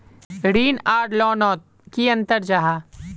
ऋण आर लोन नोत की अंतर जाहा?